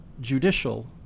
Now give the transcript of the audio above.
judicial